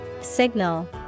Signal